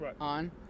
on